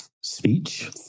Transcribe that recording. speech